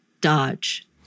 Dodge